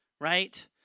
right